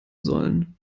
sollen